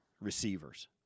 receivers